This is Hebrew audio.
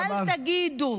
אל תגידו